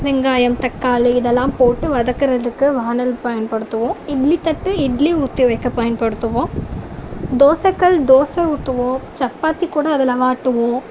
வெங்காயம் தக்காளி இதெல்லாம் போட்டு வதக்குறதுக்கு வானல் பயன்படுத்துவோம் இட்லி தட்டு இட்லி ஊற்றி வைக்க பயன்படுத்துவோம் தோசை கல் தோசை ஊற்றுவோம் சப்பாத்திக் கூட அதில் வாட்டுவோம்